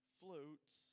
floats